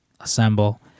assemble